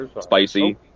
spicy